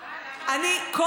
תגידי את האמת, אני כל